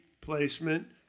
placement